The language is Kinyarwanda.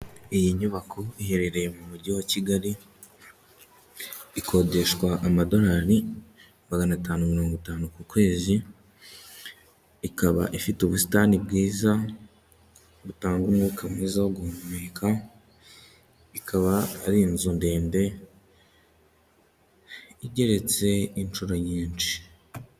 Iyi nyubako iherereye mu mujyi wa Kigali, ikodeshwa amadolari magana atanu mirongo itanu ku kwezi, ikaba ifite ubusitani bwiza butanga umwuka mwiza wo guhumeka, ikaba ari inzu ndende igeretse inshuro nyinshi.